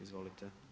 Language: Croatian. Izvolite.